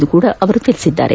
ಎಂದು ಅವರು ತಿಳಿಸಿದ್ದಾರೆ